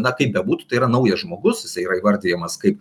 na kaip bebūtų tai yra naujas žmogus jis yra įvardijamas kaip